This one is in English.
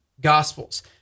Gospels